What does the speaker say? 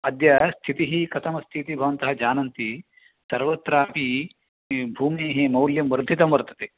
अद्य स्थितिः कथमस्तीति भवन्तः जानन्ति सर्वत्रापि भूमेः मौल्यं वर्धितं वर्तते